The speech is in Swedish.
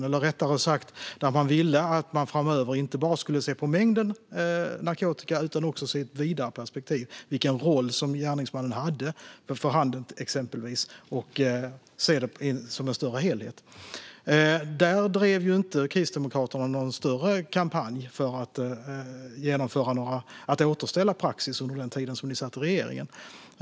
Eller rättare sagt: Framöver skulle man inte bara se på mängden narkotika utan bredda perspektivet till vilken roll gärningsmannen hade för exempelvis handeln och alltså se det i en större helhet. Kristdemokraterna drev ingen större kampanj för att återställa praxis under den tid de satt i regeringen.